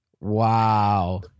Wow